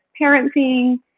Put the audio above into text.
parenting